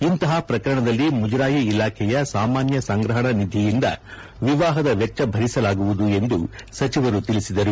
ಇಂತಹ ಪ್ರಕರಣದಲ್ಲಿ ಮುಜರಾಯಿ ಇಲಾಖೆಯ ಸಾಮಾನ್ಯ ಸಂಗ್ರಹಣ ನಿಧಿಯಿಂದ ವಿವಾಹದ ವೆಚ್ಚ ಭಲಿಸಲಾಗುವುದು ಎಂದು ಸಚಿವರು ತಿಳಲಿದರು